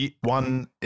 one